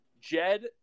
Jed